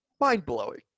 mind-blowing